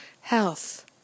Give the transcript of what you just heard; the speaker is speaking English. health